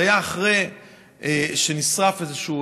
זה היה אחרי שנשרפה איזושהי